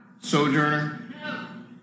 Sojourner